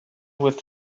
with